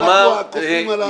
אנחנו הקופים על העצים.